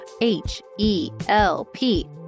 H-E-L-P